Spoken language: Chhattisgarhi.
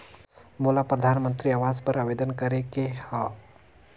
मोला परधानमंतरी आवास बर आवेदन करे के हा?